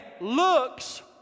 looks